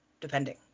depending